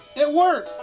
it worked.